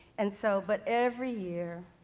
and so, but every year,